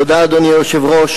תודה, אדוני היושב-ראש.